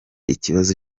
ikibazo